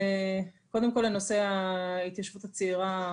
כל הקופות העבירו את השירותים שהן מספקות.